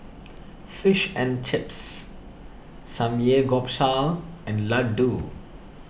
Fish and Chips Samgeyopsal and Ladoo